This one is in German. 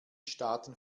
staaten